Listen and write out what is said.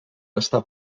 estar